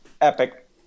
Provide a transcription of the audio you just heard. epic